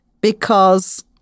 because-